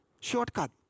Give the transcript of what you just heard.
shortcut